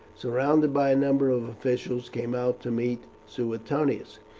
surrounded by a number of officials, came out to meet suetonius.